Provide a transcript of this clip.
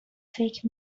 فکر